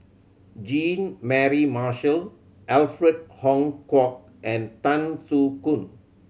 Jean Mary Marshall Alfred Hong Kwok and Tan Soo Khoon